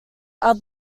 are